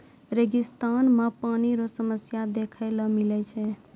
रेगिस्तान मे पानी रो समस्या देखै ले मिलै छै